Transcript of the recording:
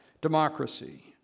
democracy